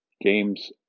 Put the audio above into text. games